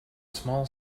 small